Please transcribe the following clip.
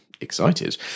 excited